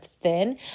thin